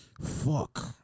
Fuck